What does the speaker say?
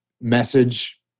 message